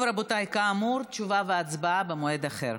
טוב, רבותיי, כאמור, תשובה והצבעה במועד אחר.